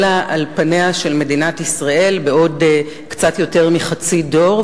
אלא על פניה של מדינת ישראל בעוד קצת יותר מחצי דור,